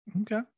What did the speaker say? Okay